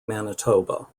manitoba